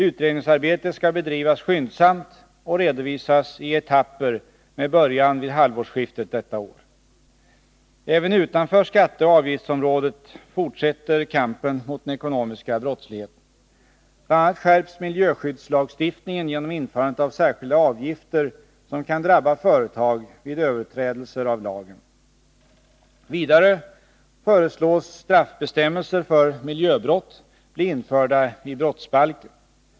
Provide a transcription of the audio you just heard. Utredningsarbetet skall bedrivas skyndsamt och redovisas i etapper med början vid halvårsskiftet detta år. Även utanför skatteoch avgiftsområdet fortsätter kampen mot den ekonomiska brottsligheten. Bl. a. skärps miljöskyddslagstiftningen genom införandet av särskilda avgifter som kan drabba företag vid överträdelser av lagen. Vidare föreslås straffbestämmelser för miljöbrott bli införda i brottsbalken.